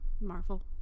marvel